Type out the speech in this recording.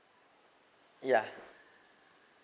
yeah